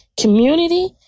community